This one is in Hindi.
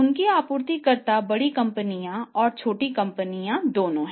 उनके आपूर्तिकर्ता बड़ी कंपनियां और छोटी कंपनियां दोनों हैं